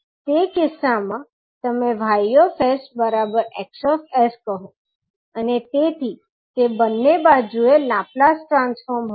તે કિસ્સામાં તમે 𝑌𝑠 𝐻𝑠 કહો અને તેથી તે બંને બાજુએ લાપ્લાસ ટ્રાન્સફોર્મ હતું